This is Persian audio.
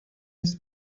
نیست